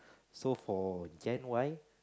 so for Gen-Y